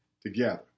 together